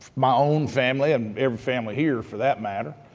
my own family, and every family here for that matter,